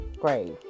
great